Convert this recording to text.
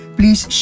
please